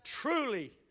truly